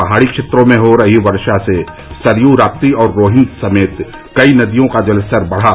पहाड़ी क्षेत्रों में हो रही वर्षा से सरयू राप्ती और रोहिन समेत कई नदियों का जलस्तर बढ़ा